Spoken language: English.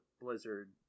Blizzard